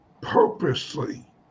purposely